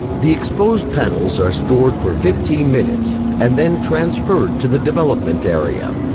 the exposed panels are stored for fifteen minutes, and then transferred to the development area.